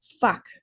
fuck